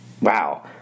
wow